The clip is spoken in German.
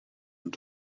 und